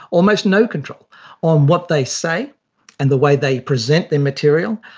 almost no control on what they say and the way they present their material,